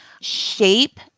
shape